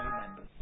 members